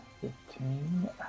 fifteen